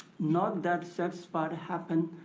not that such far happened,